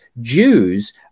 Jews